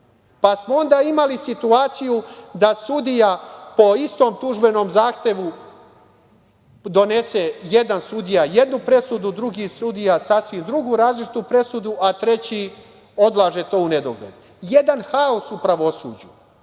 smo imali situaciju da sudija po istom tužbenom zahtevu donese jedna sudija jednu presudu, drugi sudija sasvim drugu, različitu presudu, a treći odlaže to u nedogled. Jedan haos u pravosuđu. Ali,